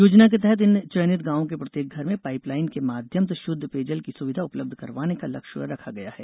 योजना के तहत इन चयनित गांवों के प्रत्येक घर में पाइप लाइन के माध्यम से षुध्द पेयजल की सुविधा उपलब्ध करवाने का लक्ष्य रखा गया है